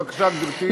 בבקשה, גברתי.